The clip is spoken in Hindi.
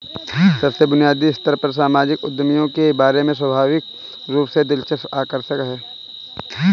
सबसे बुनियादी स्तर पर सामाजिक उद्यमियों के बारे में स्वाभाविक रूप से दिलचस्प आकर्षक है